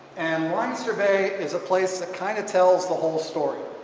and leinster bay is a place that kind of tells the whole story.